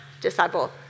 disciple